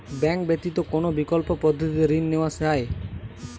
Bank ব্যতিত কোন বিকল্প পদ্ধতিতে ঋণ নেওয়া যায়?